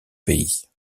pays